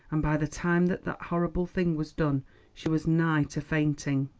and by the time that the horrible thing was done she was nigh to fainting.